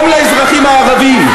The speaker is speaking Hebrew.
גם לאזרחים הערבים.